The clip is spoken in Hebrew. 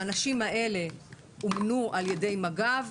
האנשים האלה אומנו על ידי מג"ב,